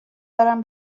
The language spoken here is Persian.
دارم